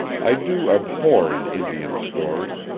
i do abhor an indian story.